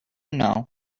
know